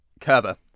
Kerber